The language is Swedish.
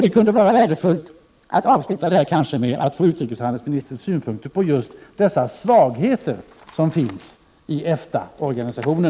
Det kunde vara värdefullt att avsluta debatten med att få utrikshandelsministerns synpunkter på dessa svagheter som finns i EFTA organisationen.